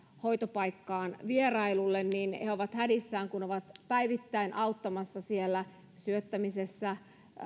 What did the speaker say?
hoitopaikkaan vierailulle niin he ovat hädissään siitä riittääkö siellä sitten tämä perushoito näille vanhuksille kun ovat olleet päivittäin auttamassa siellä syöttämisessä